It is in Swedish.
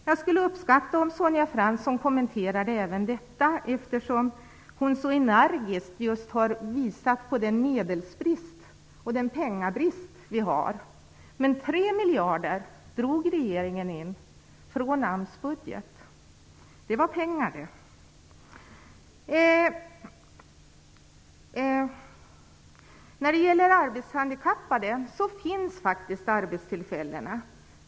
Jag skulle uppskatta om Sonja Fransson kommenterade även detta, eftersom hon så energiskt har visat på den medelsbrist vi har. 3 miljarder drog regeringen in från AMS budget. Det var pengar det. Det finns arbetstillfällen för arbetshandikappade.